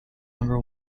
number